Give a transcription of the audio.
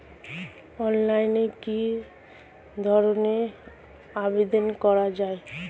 অনলাইনে কি ঋনের আবেদন করা যায়?